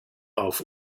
auf